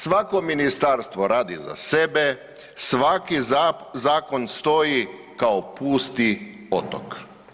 Svako ministarstvo radi za sebe, svaki zakon stoji kao pusti otok.